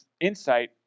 insight